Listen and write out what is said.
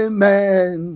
Amen